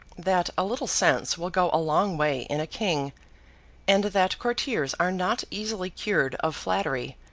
that a little sense will go a long way in a king and that courtiers are not easily cured of flattery,